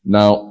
Now